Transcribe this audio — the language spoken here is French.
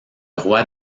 roi